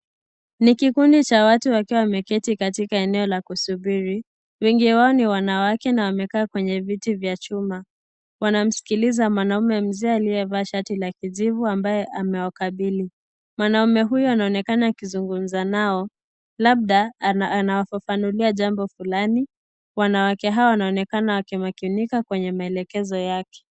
Ni kikundi cha watu wakiwa wameketi kwenye katiak eneo la kusubiri. Wengi wao ni wanawake na wamekaa kwenye vitu vya chuma. Wanamsikiliza mwanaume mzee aliyevaa shati la kijivu ambaye amewakabili. Mwanamme huyu anaonekana akizungumza nao labda anawafafanulia jambo fulani. Wanawake hawa wanaonekana wakimakinika kwenye maelekezo yake.